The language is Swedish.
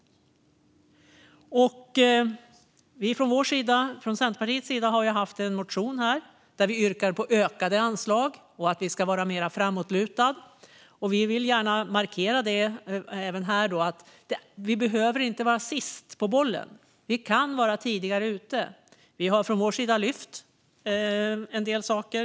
Vi har från Centerpartiets sida haft en motion där vi yrkar på ökade anslag och att vi ska vara mera framåtlutande. Vi vill gärna även här markera att vi inte behöver vara sist på bollen. Vi kan vara tidigare ute. Vi har från vår sida lyft fram en del saker.